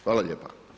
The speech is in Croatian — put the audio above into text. Hvala lijepa.